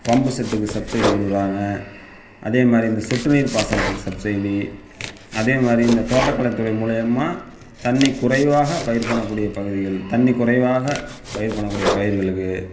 pump செட்டுக்கு subsidy கொடுக்குறாங்க அதே மாதிரி இந்த சொட்டுநீர் பாசனத்துக்கு சப்சீடி அதே மாதிரி இந்த தோட்டக்கலை துறை மூலயமா தண்ணி குறைவாக பயிர் பண்ணக்கூடிய பகுதிகள் தண்ணி குறைவாக பயிர் பண்ணக்கூடிய பயிர்களுக்கு